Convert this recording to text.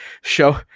show